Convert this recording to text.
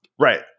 right